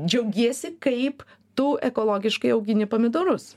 džiaugiesi kaip tu ekologiškai augini pomidorus